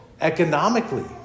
economically